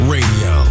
Radio